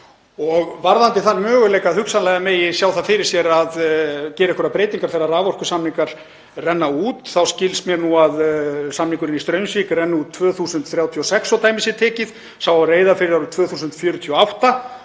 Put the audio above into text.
Varðandi þann möguleika að hugsanlega megi sjá það fyrir sér að gera einhverjar breytingar þegar raforkusamningar renna út þá skilst mér nú að samningurinn í Straumsvík renni út 2036, svo dæmi sé tekið, og sá á Reyðarfirði árið 2048.